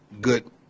good